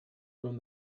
from